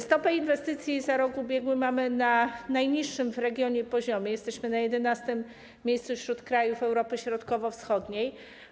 Stopy inwestycji za rok ubiegły mamy na najniższym w regionie poziomie, jesteśmy na 11. miejscu wśród krajów Europy Środkowo-Wschodniej.